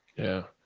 yeah.